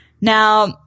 Now